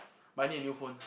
but I need a new phone